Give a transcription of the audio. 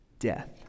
Death